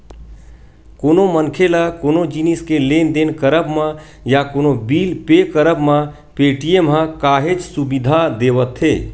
कोनो मनखे ल कोनो जिनिस के लेन देन करब म या कोनो बिल पे करब म पेटीएम ह काहेच सुबिधा देवथे